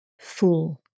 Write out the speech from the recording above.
Full